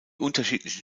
unterschiedlichen